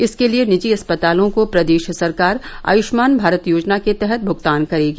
इसके लिये निजी अस्पतालों को प्रदेश सरकार आयुष्मान भारत योजना के तहत भुगतान करेगी